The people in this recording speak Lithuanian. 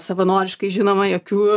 savanoriškai žinoma jokių